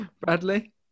bradley